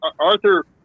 Arthur